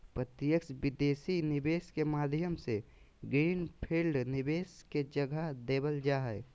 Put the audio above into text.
प्रत्यक्ष विदेशी निवेश के माध्यम से ग्रीन फील्ड निवेश के जगह देवल जा हय